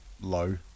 low